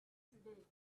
today